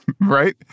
Right